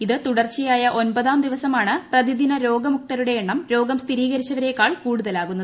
ഇത് തുടർച്ചയായ ഒൻപതാം ദിവസമാണ് പ്രതിദിന രോഗമുക്തരുടെ എണ്ണം രോഗർ ് സ്ഥിരീകരിച്ചവരെക്കാൾ കൂടുതൽ ആകുന്നത്